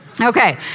Okay